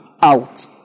Out